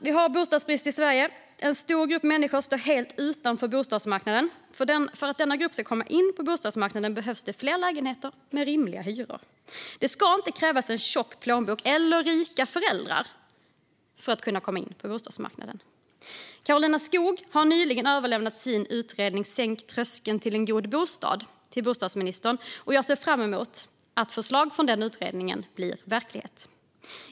Vi har bostadsbrist i Sverige. En stor grupp människor står helt utanför bostadsmarknaden. För att denna grupp ska komma in på bostadsmarknaden behövs det fler lägenheter med rimliga hyror. Det ska inte krävas en tjock plånbok eller rika föräldrar för att kunna komma in på bostadsmarknaden. Karolina Skog har nyligen överlämnat sin utredning Sänk tröskeln till en god bostad till bostadsministern, och jag ser fram emot att förslag från den utredningen blir verklighet.